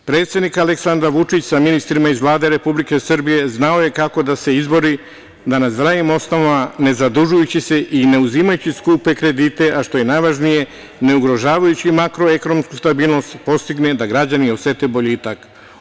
Predsednik Aleksandar Vučić sa ministrima iz Vlade Republike Srbije znao je kako da se izbori da na zdravim osnovama ne zadužujući se i ne uzimajući skupe kredite, a što je najvažnije, ne ugrožavajući makroekonomsku stabilnost postigne da građani osete boljitak.